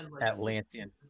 Atlantean